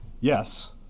Yes